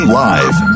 live